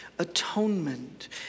atonement